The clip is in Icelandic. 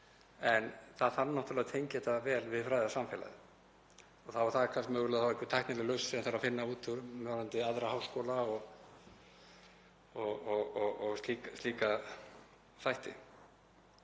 en það þarf náttúrlega að tengja þetta vel við fræðasamfélagið. Þá er það kannski mögulega einhver tæknileg lausn sem þarf að finna út úr varðandi aðra háskóla og slíka þætti.